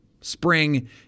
spring